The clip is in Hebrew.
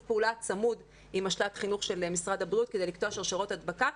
פעולה צמוד עם משל"ט חינוך של משרד הבריאות כדי לקטוע שרשראות הדבקה,